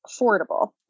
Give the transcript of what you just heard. affordable